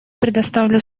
предоставлю